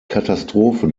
katastrophe